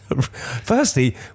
Firstly